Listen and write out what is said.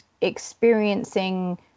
experiencing